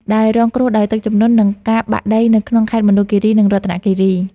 ដែលរងគ្រោះដោយទឹកជំនន់ និងការបាក់ដីនៅក្នុងខេត្តមណ្ឌលគិរី និងរតនគិរី។